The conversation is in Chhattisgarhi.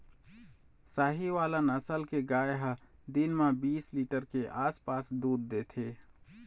साहीवाल नसल के गाय ह दिन म बीस लीटर के आसपास दूद देथे